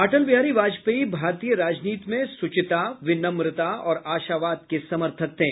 अटल बिहारी वाजपेयी भारतीय राजनीति में शुचिता विनम्रता और आशावाद के समर्थक थे